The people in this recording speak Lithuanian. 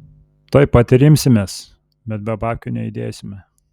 tuoj pat ir imsimės bet be babkių nejudėsime